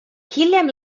hiljem